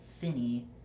Finny